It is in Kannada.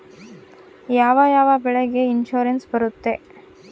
ಯಾವ ಯಾವ ಬೆಳೆಗೆ ಇನ್ಸುರೆನ್ಸ್ ಬರುತ್ತೆ?